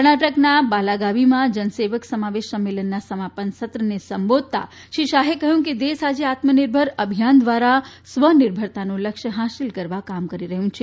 કર્ણાટકના બાલાગાવીમાં જનસેવક સમાવેશ સંમેલનના સમાપન સત્રને સંબોધતા શ્રી શાહે કહ્યું કે દેશ આજે આત્મનિર્ભર અભિયાન દ્વારા સ્વ નિર્ભરતાનો લક્ષ્ય હાંસલ કરવા કાર્ય કરી રહ્યું છે